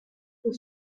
pour